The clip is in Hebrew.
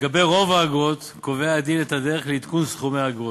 לגבי רוב האגרות קובע הדין את הדרך לעדכון סכומיהן.